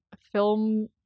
film